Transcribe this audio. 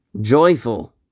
joyful